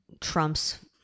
Trump's